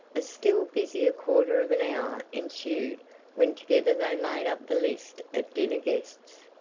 a still busier quarter of an hour ensued when together they made up the list of dinner guests.